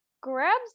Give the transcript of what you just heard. grabs